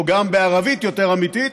או גם בערבית יותר אמיתית,